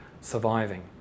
surviving